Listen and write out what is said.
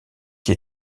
qui